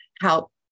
help